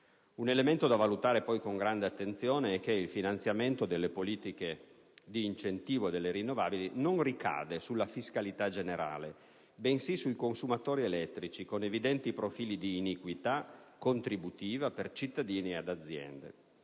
Un elemento da valutare poi con grande attenzione è che il finanziamento delle politiche di incentivo delle rinnovabili non ricade sulla fiscalità generale bensì sui consumatori elettrici, con evidenti profili di iniquità contributiva per cittadini e aziende.